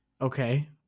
Okay